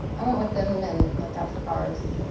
i went with them and looked out for cars.